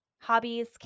Hobbies